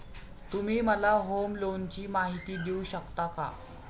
तुम्ही मला होम लोनची माहिती देऊ शकता का?